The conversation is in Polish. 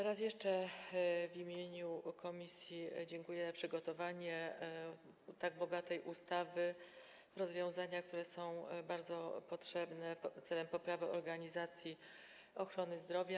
Raz jeszcze w imieniu komisji dziękuję za przygotowanie tak bogatej ustawy, rozwiązań, które są bardzo potrzebne w celu poprawy organizacji ochrony zdrowia.